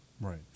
Right